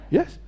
Yes